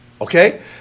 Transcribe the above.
Okay